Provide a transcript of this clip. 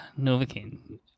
Novocaine